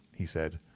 he said.